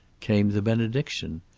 came the benediction.